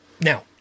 Now